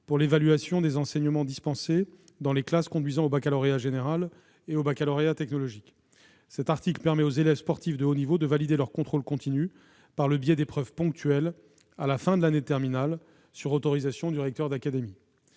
pour l'évaluation des enseignements dispensés dans les classes conduisant au baccalauréat général et au baccalauréat technologique, lequel permet aux élèves sportifs de haut niveau de valider leur contrôle continu par le biais d'épreuves ponctuelles, à la fin de l'année de terminale, sur autorisation du recteur d'académie.